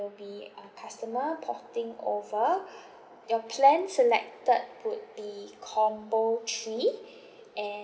be a customer porting over your plan selected would be combo three and